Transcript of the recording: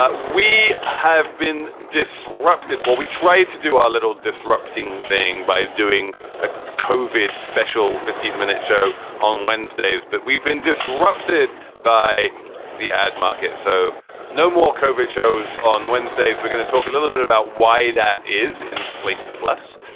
ah we have been disrupted. what we tried to do our little disrupting thing by doing a kovil special fifteen minute show on wednesdays. but we've been disrupted by the ad market, so no more cauvin shows on wednesdays. we're going to talk a little bit about why that is in slate. plus,